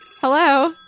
Hello